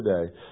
today